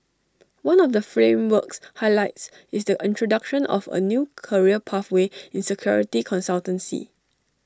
one of the framework's highlights is the introduction of A new career pathway in security consultancy